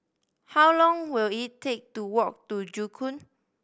how long will it take to walk to Joo Koon